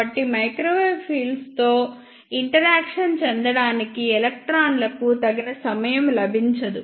కాబట్టి microwave fields తో సంకర్షణ చెందడానికి ఎలక్ట్రాన్లకు తగిన సమయం లభించదు